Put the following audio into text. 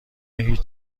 هیچ